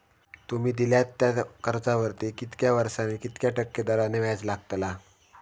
तुमि दिल्यात त्या कर्जावरती कितक्या वर्सानी कितक्या टक्के दराने व्याज लागतला?